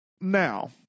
Now